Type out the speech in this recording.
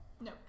No